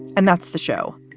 and that's the show.